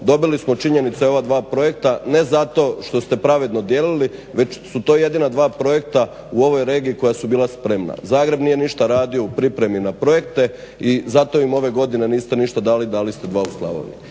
Dobili smo činjenica je ova dva projekta ne zato što ste pravedno dijelili već su to jedina dva projekta u ovoj regiji koja su bila spremna. Zagreb nije ništa radio u pripremi na projekte i zato im ove godine niste ništa dali. Dali ste dva u Slavoniji.